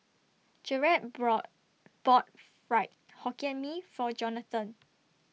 Jaret brought bought Fried Hokkien Mee For Jonatan